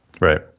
Right